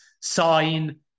sign